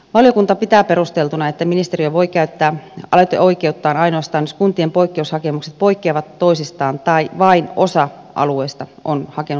valiokunta pitää perusteltuna että ministeriö voi käyttää aloiteoikeuttaan ainoastaan jos kuntien poikkeushakemukset poikkeavat toisistaan tai vain osa alueesta on hakenut poikkeusta